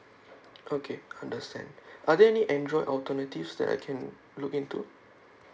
okay understand are there any android alternatives that I can look into